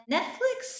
Netflix